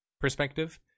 perspective